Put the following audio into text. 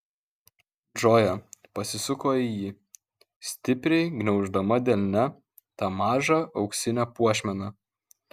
džoja pasisuko į jį stipriai gniauždama delne tą mažą auksinę puošmeną